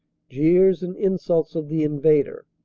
jeers and insults of the in vader,